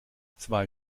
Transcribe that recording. zwei